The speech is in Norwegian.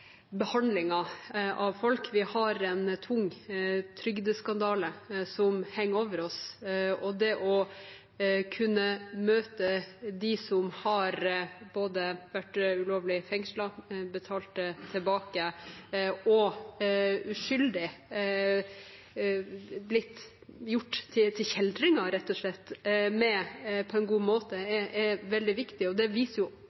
behandlingen av folk. Vi har en tung trygdeskandale som henger over oss. Det på en god måte å kunne møte dem som har både vært ulovlig fengslet, betalt tilbake og uskyldig blitt gjort til kjeltringer, rett og slett, er veldig viktig. Det viser